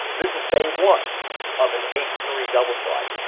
this is bay one of an h three double slide.